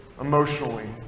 emotionally